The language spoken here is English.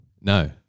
No